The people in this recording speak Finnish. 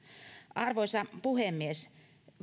arvoisa puhemies